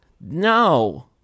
No